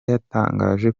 yatangaje